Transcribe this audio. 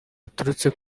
aturutse